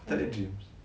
kau takde dreams